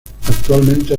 actualmente